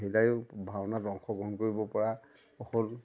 মহিলায়ো ভাওনাত অংশগ্ৰহণ কৰিব পৰা হ'ল